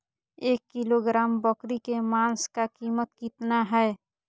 एक किलोग्राम बकरी के मांस का कीमत कितना है?